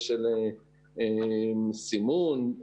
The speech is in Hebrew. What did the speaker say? סימון,